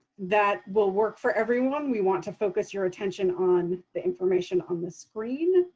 that will work for everyone. we want to focus your attention on the information on the screen.